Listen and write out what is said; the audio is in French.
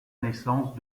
naissance